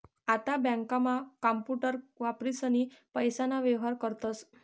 आता बँकांमा कांपूटर वापरीसनी पैसाना व्येहार करतस